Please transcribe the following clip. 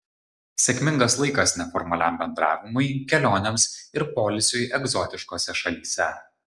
sėkmingas laikas neformaliam bendravimui kelionėms ir poilsiui egzotiškose šalyse